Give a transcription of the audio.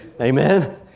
Amen